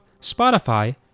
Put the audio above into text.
Spotify